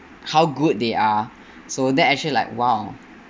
how good they are so that actually like !wow!